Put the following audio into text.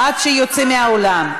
עד שהוא יצא מהאולם.